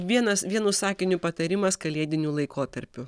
vienas vienu sakiniu patarimas kalėdiniu laikotarpiu